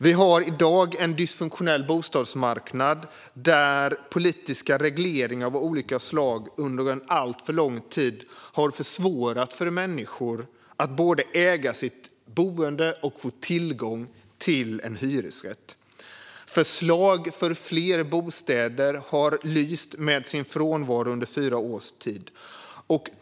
Vi har i dag en dysfunktionell bostadsmarknad, där politiska regleringar av olika slag under alltför lång tid har försvårat för människor både att äga sitt boende och att få tillgång till en hyresrätt. Förslag för fler bostäder har lyst med sin frånvaro under fyra års tid.